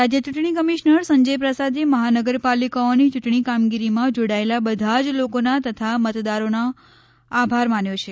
રાજ્ય યૂંટણી કમીશનર સંજય પ્રસાદે મહાનગરપાલિકાઓની ચૂંટણી કામગીરીમાં જોડાયેલા બધા જ લોકોના તથા મતદારોનો આભાર માન્યો છે